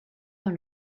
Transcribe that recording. dans